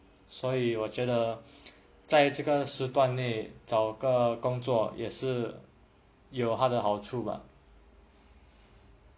所以我觉得在这个时段内找个工作也是有它的好处吧:suo yi wo jue de zai zhe ge shi duan nei zhao gegan gong zuo ye shi you ta de hao chu ba